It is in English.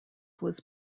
was